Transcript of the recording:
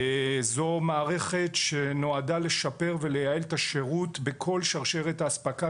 זו מערכת שנועדה לשפר ולייעל את השירות בכל שרשרת האספקה